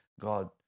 God